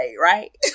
Right